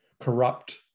corrupt